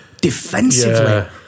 defensively